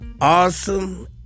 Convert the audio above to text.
awesome